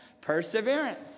Perseverance